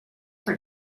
for